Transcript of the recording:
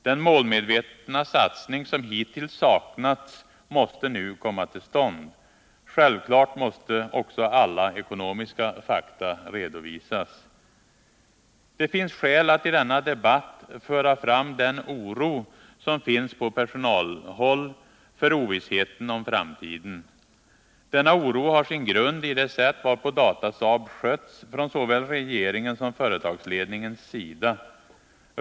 Den målmedvetna satsning som hittills saknats måste nu komma till stånd. Självfallet måste också alla ekonomiska fakta redovisas. Det finns skäl att i denna debatt ge uttryck åt den oro som finns på personalhåll för ovissheten om framtiden. Denna oro har sin grund i det sätt varpå Datasaab skötts från såväl regeringens som företagsledningens sida.